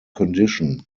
condition